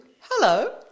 hello